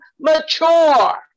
mature